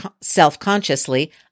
self-consciously